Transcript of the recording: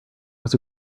was